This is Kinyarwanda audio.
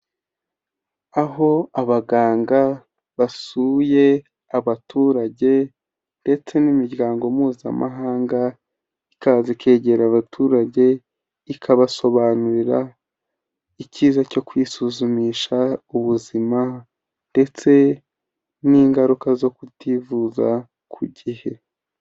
Aho abaganga basuye abaturage ndetse n'imiryango mpuzamahanga ikaza ikegera abaturage, ikabasobanurira icyiza cyo kwisuzumisha ubuzima ndetse n'ingaruka zo kutivuza ku gihe.